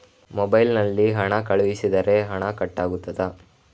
Mobile ನಲ್ಲಿ ಹಣ ಕಳುಹಿಸಿದರೆ ಹಣ ಕಟ್ ಆಗುತ್ತದಾ?